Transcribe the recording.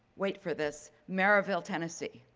wait for this, maryville tennessee,